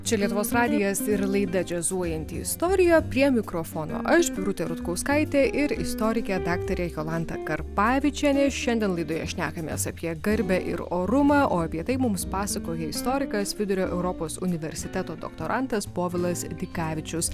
čia lietuvos radijas ir laida džiazuojanti istorija prie mikrofono aš birutė rutkauskaitė ir istorikė daktarė jolanta karpavičienė šiandien laidoje šnekamės apie garbę ir orumą o apie tai mums pasakoja istorikas vidurio europos universiteto doktorantas povilas dikavičius